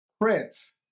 Prince